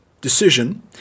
decision